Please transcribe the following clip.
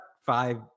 five